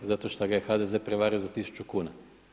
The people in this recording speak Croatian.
Zato šta ga je HDZ prevario za 1000 kuna.